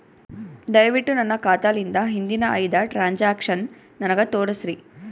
ದಯವಿಟ್ಟು ನನ್ನ ಖಾತಾಲಿಂದ ಹಿಂದಿನ ಐದ ಟ್ರಾಂಜಾಕ್ಷನ್ ನನಗ ತೋರಸ್ರಿ